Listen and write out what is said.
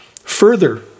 Further